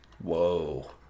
Whoa